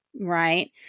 right